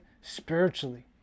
spiritually